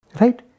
right